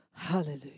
Hallelujah